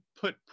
put